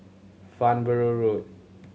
Farnborough Road